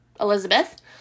Elizabeth